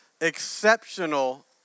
exceptional